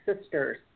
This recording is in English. sisters